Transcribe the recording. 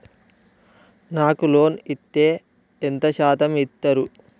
నాకు లోన్ ఇత్తే ఎంత శాతం ఇత్తరు?